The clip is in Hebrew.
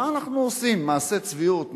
מה אנחנו עושים, מעשה צביעות?